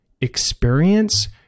experience